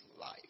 life